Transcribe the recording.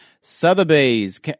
Sotheby's